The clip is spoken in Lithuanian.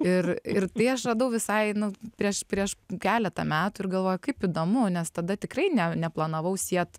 ir ir tai aš radau visai nu prieš prieš keletą metų ir galvoju kaip įdomu nes tada tikrai ne neplanavau siet